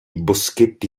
boschetti